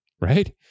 right